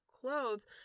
clothes